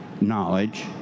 knowledge